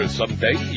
someday